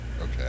Okay